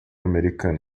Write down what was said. americana